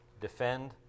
defend